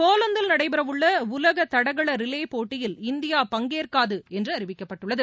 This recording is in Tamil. போலந்தில் நடைபெறவுள்ளஉலகதடகளரிலேபோட்டியில் இந்தியா பங்கேற்காதுஎன்றுஅறிவிக்கப்பட்டுள்ளது